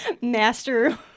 master-